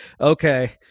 Okay